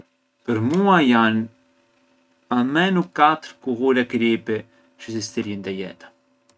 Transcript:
Për mua janë almenu katër kullure kripi çë sistirjën te jeta